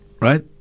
Right